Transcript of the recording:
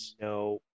No